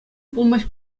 пулмасть